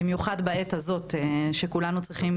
במיוחד בעת הזו שכולנו צריכים